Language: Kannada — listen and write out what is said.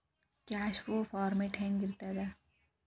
ಕ್ಯಾಷ್ ಫೋ ಫಾರ್ಮ್ಯಾಟ್ ಹೆಂಗಿರ್ತದ?